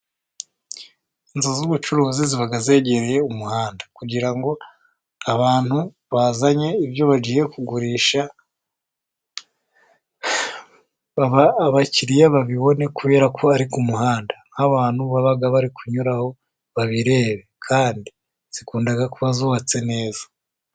Inzu z'ubucuruzi ziba zegereye umuhanda kugira ngo abantu bazanye ibyo bagiye kugurisha abakiriya babibone, kubera ko ari ku muhanda aho abantu baba bari kunyuraho babirebe. Kandi zikunda kuba zubatse neza.